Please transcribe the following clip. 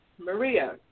Maria